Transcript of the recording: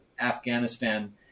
Afghanistan